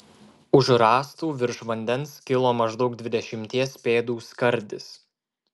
už rąstų virš vandens kilo maždaug dvidešimties pėdų skardis